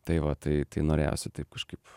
tai va tai tai norėjosi taip kažkaip